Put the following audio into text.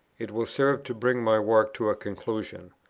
it will serve to bring my work to a conclusion.